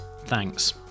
Thanks